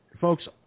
Folks